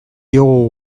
diogu